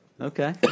Okay